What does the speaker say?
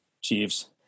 Chiefs